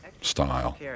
style